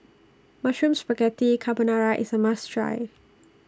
Mushroom Spaghetti Carbonara IS A must Try